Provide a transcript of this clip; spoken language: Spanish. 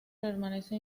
permanece